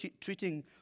treating